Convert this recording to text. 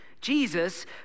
Jesus